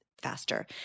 faster